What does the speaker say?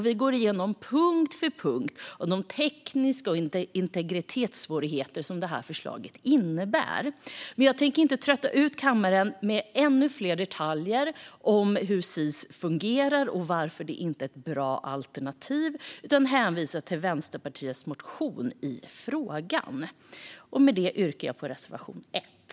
Vi går punkt för punkt igenom de tekniska svårigheter och integritetssvårigheter som förslaget innebär. Men jag tänker inte trötta ut kammaren med ännu fler detaljer om hur SIS fungerar och varför det inte är ett bra alternativ utan hänvisar till Vänsterpartiets motion i frågan. Med det yrkar jag bifall till reservation 1.